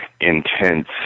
intense